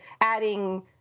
adding